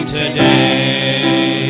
today